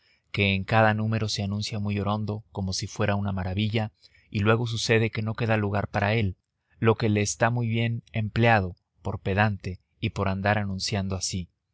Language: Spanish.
que en cada número se anuncia muy orondo como si fuera una maravilla y luego sucede que no queda lugar para él lo que le está muy bien empleado por pedante y por andarse anunciando así